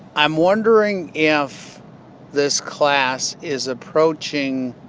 i'm wondering if this class is approaching